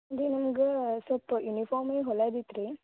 ಅದೇ ನಮ್ಗೆ ಸೊಲ್ಪ ಯುನಿಫಾಮೆ ಹೊಲ್ಯಾದು ಇತ್ತು ರೀ